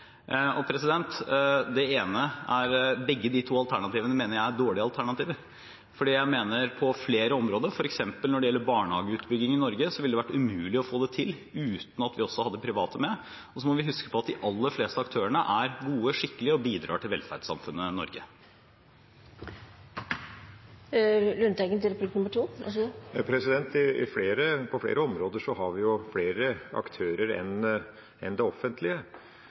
Begge de to alternativene mener jeg er dårlige alternativer, for på flere områder, f.eks. når det gjelder barnehageutbygging i Norge, ville det vært umulig å få det til uten at vi også hadde private med. Så må vi huske på at de aller fleste aktørene er gode og skikkelige og bidrar til velferdssamfunnet Norge. På flere områder har vi flere aktører enn det offentlige, men det som er kjernen som vi diskuterer nå, er private aktører som har et formål om å tjene penger. Det